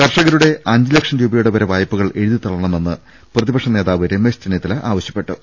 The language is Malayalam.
കർഷകരുടെ അഞ്ച് ലക്ഷം രൂപയുടെ വരെ വായ്പകൾ എഴു തിതള്ളണമെന്ന് പ്രതിപക്ഷ നേതാവ് ർമേശ് ചെന്നിത്തല ആവശ്യ പ്പെട്ടു